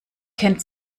kennt